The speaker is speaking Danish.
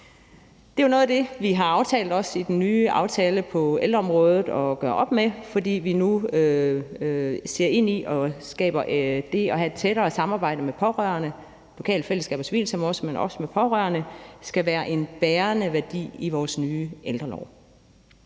Det er jo noget af det, vi også har aftalt i den nye aftale på ældreområdet at gøre op med, fordi vi nu ser ind i og skaber det at have et tættere samarbejde med pårørende. Lokale fællesskaber og civilsamfundet, men også pårørende skal være en bærende værdi i vores nye ældrelov.